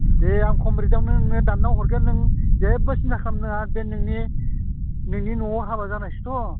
दे आं खम रेटआवनो नोंनो दानना हरगोन नों जेबो सिन्था खामनो नाङा बे नोंनि नोंनि न'आव हाबा जानायसोथ'